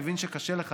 אני מבין שקשה לך,